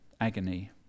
agony